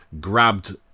grabbed